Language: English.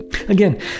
Again